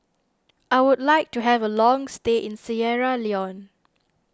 I would like to have a long stay in Sierra Leone